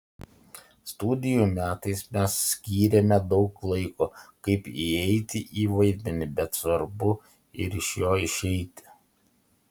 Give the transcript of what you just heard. studijų metais mes skyrėme daug laiko kaip įeiti į vaidmenį bet svarbu ir iš jo išeiti